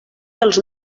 dels